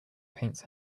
paints